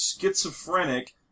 schizophrenic